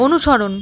অনুসরণ